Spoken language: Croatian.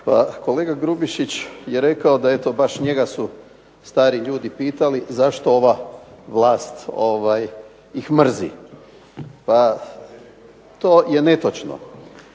kolega Grubišić je rekao da eto baš njega su stari ljudi pitali zašto ova vlast ih mrzi. To je netočno.